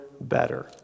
better